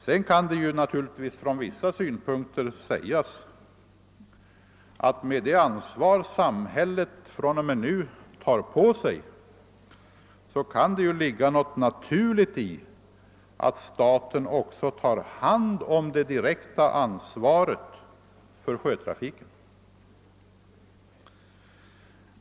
Sedan kan det naturligtvis från vissa synpunkter sägas att med det ansvar samhället från och med nu tar på sig kan det ligga något naturligt i att staten också tar hand om det direkta ansvaret för sjötrafiken.